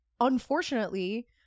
unfortunately